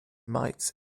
mites